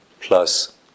plus